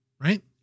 Right